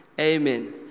amen